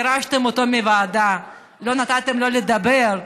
גירשתם אותו מהוועדה ולא נתתם לו לדבר.